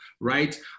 right